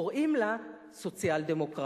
קוראים לה: סוציאל-דמוקרטיה.